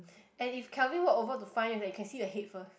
and if Kelvin walk over to find you can like see a head first